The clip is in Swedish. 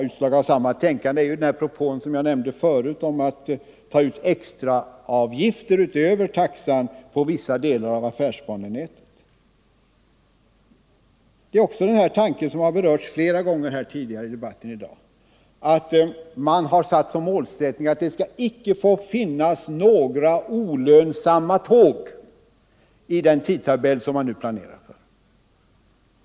Utslag av samma tänkande är den propå, som jag nämnde förut, om att ta ut extra avgifter utöver taxan på vissa delar av affärsbanenätet. Detsamma gäller tanken — den har berörts flera gånger tidigare i debatten i dag — att det icke skall få finnas några olönsamma tåg i den tidtabell som man nu planerar.